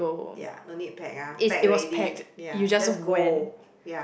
ya no need pack ah pack already ya let's go ya